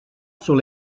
sur